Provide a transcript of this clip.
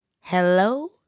Hello